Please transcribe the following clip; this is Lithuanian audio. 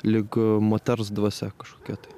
lyg moters dvasia kažkokia tai